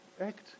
act